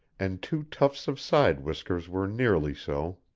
and two tufts of side-whiskers were nearly so.